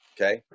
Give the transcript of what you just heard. okay